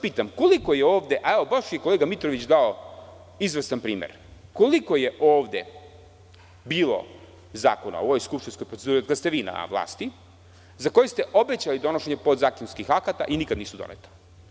Pitam vas sada, evo baš je kolega Mitrović dao izvestan primer, koliko je ovde bilo zakona u ovoj skupštinskoj proceduri od kada ste vi na vlasti, za koje ste obećali donošenje podzakonskih akata i nikada nisu doneta?